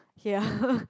ya